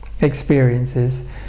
experiences